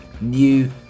new